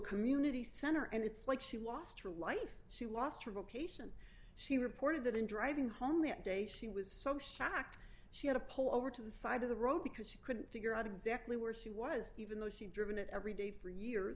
community center and it's like she lost her life she lost her vocation she reported that in driving home that day she was so shocked she had to pull over to the side of the road because she couldn't figure out exactly where she was even though she driven it every day for years